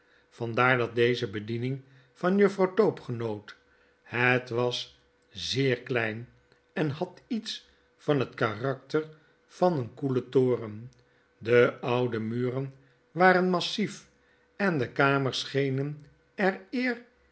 vandaar dat deze bediening van juffrouw tope genoot het was zeer klein en had iets van het karakter van een koelen toren de oude muren waren massief en de kamers schenen er